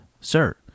sir